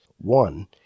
One